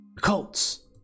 colts